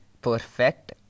perfect